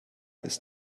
ist